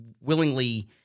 willingly